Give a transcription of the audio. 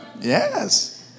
Yes